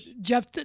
Jeff